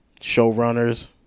Showrunners